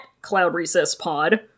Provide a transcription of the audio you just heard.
CloudRecessPod